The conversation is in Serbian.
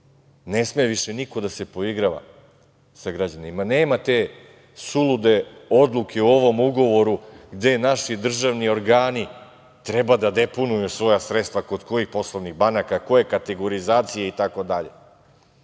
Ne sme više niko da se poigrava sa građanima. Nema te sulude odluke u ovom Ugovoru gde naši državni organi treba da deponuju svoja sredstva, kod kojih poslovnih banaka, koje kategorizacije itd. Ali,